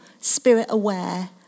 spirit-aware